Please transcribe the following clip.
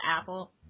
Apple